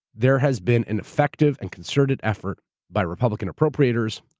there has been an effective and concerted effort by republican appropriators,